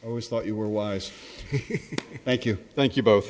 always thought you were wise thank you thank you both